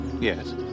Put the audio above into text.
yes